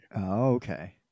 Okay